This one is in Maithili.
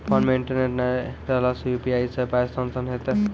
फोन मे इंटरनेट नै रहला सॅ, यु.पी.आई सॅ पाय स्थानांतरण हेतै?